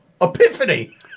Epiphany